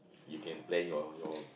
you can plan your your